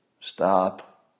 Stop